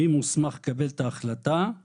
מי מוסמך לקבל את ההחלטה של